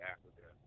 Africa